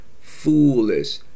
Foolish